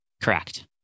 Correct